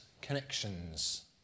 connections